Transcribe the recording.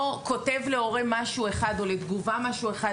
כותב להורה משהו אחד או לתגובה משהו אחד